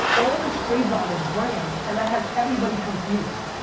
all this trades on is brand, and that has everybody confused.